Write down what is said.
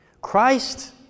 Christ